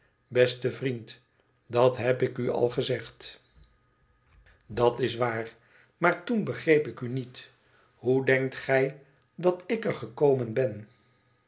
beste vriend dat heb ik u al gezegd dat is waar maar toen begreep ik u niet hoe denkt gij dat ik er gekomen ben